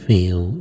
Feel